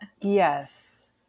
Yes